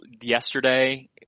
yesterday